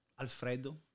Alfredo